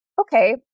okay